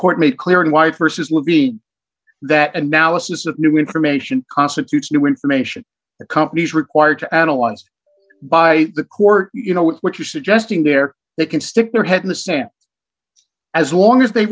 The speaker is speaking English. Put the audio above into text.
court made clear in white vs levine that analysis of new information constitutes new information the company is required to analyze by the court you know what you're suggesting there that can stick their head in the sand as long as they